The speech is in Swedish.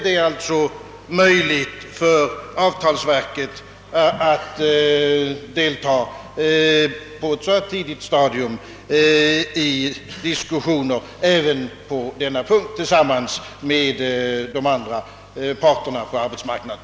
Är det möjligt för avtalsverket att delta på ett tidigt stadium i diskussioner även på den punkten tillsammans med de andra parterna på arbetsmarknaden?